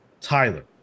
Tyler